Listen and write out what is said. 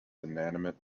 inanimate